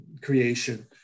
creation